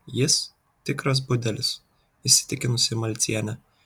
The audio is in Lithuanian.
jis tikras budelis įsitikinusi malcienė